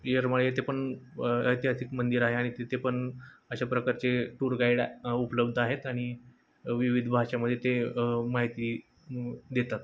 येरमाळ येते पण ऐतिहासिक मंदिर आहे आणि तिथे पण अशा प्रकारचे टूर गाईड उपलब्ध आहेत आणि विविध भाषेमध्ये ते माहिती देतात